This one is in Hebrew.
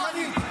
שקרנית.